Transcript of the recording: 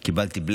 קיבלתי black,